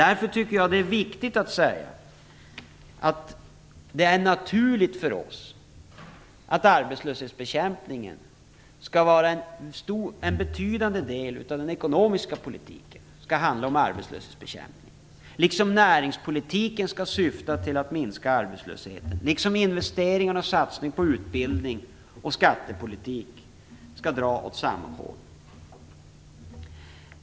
Därför tycker jag att det är viktigt att säga att det är naturligt för oss att arbetslöshetsbekämpningen skall vara en betydande del av den ekonomiska politiken, som skall handla om arbetslöshetsbekämpning. Även investeringarna, satsningen på utbildning och skattepolitiken skall dra åt samma håll.